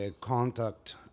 contact